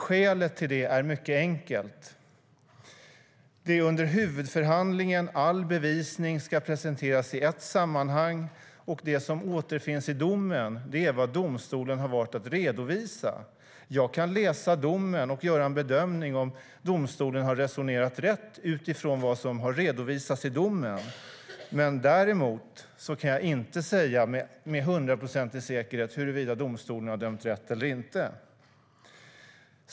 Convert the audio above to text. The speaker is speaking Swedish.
Skälet till det är mycket enkelt. Det är under huvudförhandlingen som all bevisning ska presenteras i ett sammanhang. Det som återfinns i domen är vad domstolen har valt att redovisa. Jag kan läsa domen och göra en bedömning om domstolen har resonerat rätt utifrån vad som har redovisats i domen. Däremot kan jag inte med hundraprocentig säkerhet säga huruvida domstolen har dömt rätt eller inte.